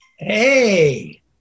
Hey